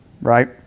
Right